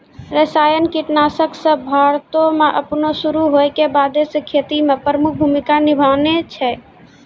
रसायनिक कीटनाशक सभ भारतो मे अपनो शुरू होय के बादे से खेती मे प्रमुख भूमिका निभैने छै